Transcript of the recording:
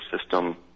system